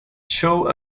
show